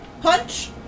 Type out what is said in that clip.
Punch